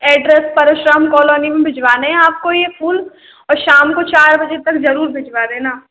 address Parshuram colony में भिजवा नेंहैं आपको ये फूल और शाम को चार बजे तक जरूर भिजवा देना